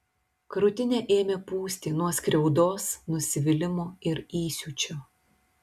krūtinę ėmė pūsti nuo skriaudos nusivylimo ir įsiūčio